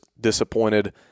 disappointed